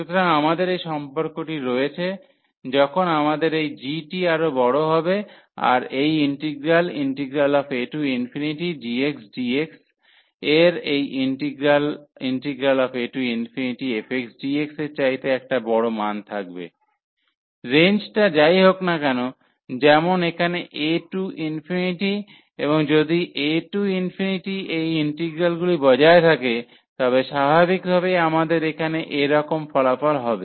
সুতরাং আমাদের এই সম্পর্কটি রয়েছে যখন আমাদের এই g টি আরও বড় হবে আর এই ইন্টিগ্রাল agxdx এর এই ইন্টিগ্রাল afxdx এর চাইতে একটা বড় মান থাকবে রেঞ্জটা যাই হোক না কেন যেমন এখানে a টু এবং যদি a টু এই ইন্টিগ্রালগুলি বজায় থাকে তবে স্বাভাবিকভাবেই আমাদের এখানে এরকম ফলাফল হবে